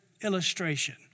illustration